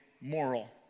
moral